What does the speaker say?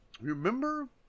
remember